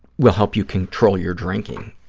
will help you control your drinking,